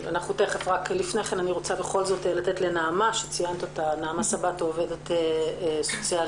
לפני כן אני רוצה לתת לנעמה סבתו, עובדת סוציאלית